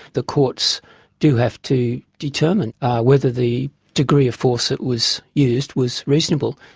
the courts do have to determine whether the degree of force that was used was reasonable.